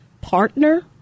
partner